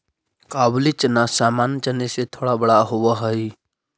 काबुली चना सामान्य चने से थोड़ा बड़ा होवअ हई